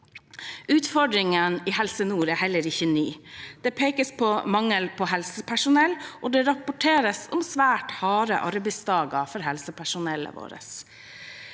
Utfordringene i Helse nord er heller ikke nye. Det pekes på mangel på helsepersonell, og det rapporteres om svært harde arbeidsdager for helsepersonellet vårt.